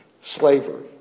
slavery